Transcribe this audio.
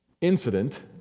incident